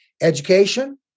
education